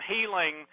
healing